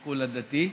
הדתי.